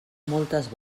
moltes